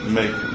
make